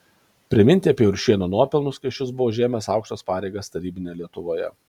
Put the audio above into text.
priminti apie juršėno nuopelnus kai šis buvo užėmęs aukštas pareigas tarybinėje lietuvoje